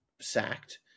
sacked